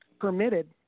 permitted